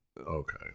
Okay